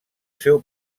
seu